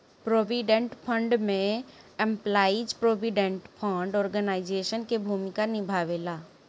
provident fund में employees provident fund organisation के भूमिका निभावेला